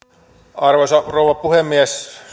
arvoisa rouva puhemies on